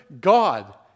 God